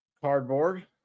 Cardboard